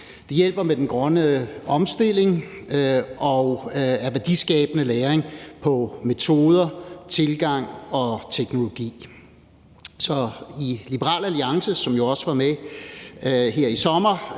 Det hjælper med den grønne omstilling og er værdiskabende læring af metoder, tilgang og teknologi. Så i Liberal Alliance, som jo også var med her i sommer,